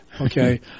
Okay